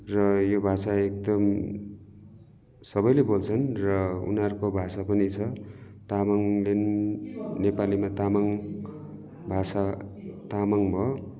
र यो भाषा एकदम सबैले बोल्छन् र उनीहरूको भाषा पनि छ तामाङ नेपालीमा तामाङ भाषा तामाङ भयो